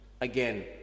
again